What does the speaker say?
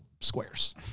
squares